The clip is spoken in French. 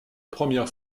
première